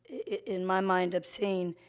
in my mind obscene.